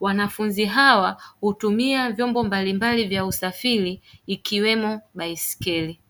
Wanafunzi hawa utumia vyombo mbalimbali vya usafiri, ikiwemo baiskeli.